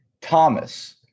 Thomas